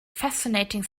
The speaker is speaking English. fascinating